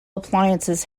appliances